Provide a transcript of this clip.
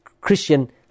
Christian